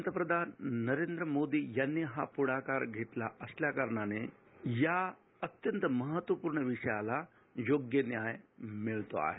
पंतप्रधान नरेंद्र मोदी यांनी हा प्ढाकार घेतला असल्या कारणाने या अत्यंत महत्त्व पूर्ण विषयाला योग्य मिळतो आहे